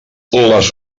les